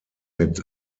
mit